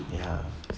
ya